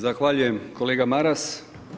Zahvaljujem kolega Maras.